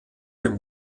dem